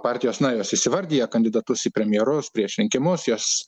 partijos na jos įsivardyja kandidatus į premjerus prieš rinkimus jos